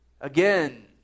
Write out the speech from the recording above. again